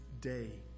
day